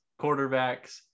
quarterbacks